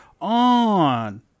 On